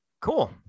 cool